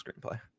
screenplay